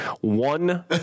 one